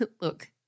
look